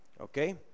Okay